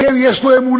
כן, יש לו אמונה,